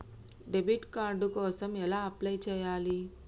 Debit card కోసం ఎలా apply చేయాలి?